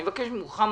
מוחמד,